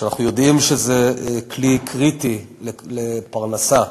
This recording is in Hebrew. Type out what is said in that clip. ואנחנו יודעים שזה כלי קריטי לפרנסה.